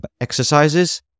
exercises